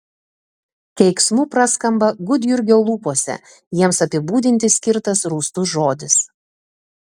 keiksmu praskamba gudjurgio lūpose jiems apibūdinti skirtas rūstus žodis